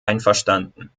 einverstanden